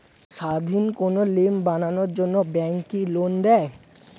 স্বাধীন কোনো ফিল্ম বানানোর জন্য ব্যাঙ্ক কি লোন দেয়?